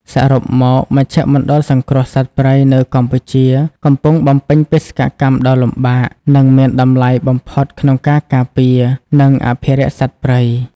សរុបមក មជ្ឈមណ្ឌលសង្គ្រោះសត្វព្រៃនៅកម្ពុជាកំពុងបំពេញបេសកកម្មដ៏លំបាក និងមានតម្លៃបំផុតក្នុងការការពារ និងអភិរក្សសត្វព្រៃ។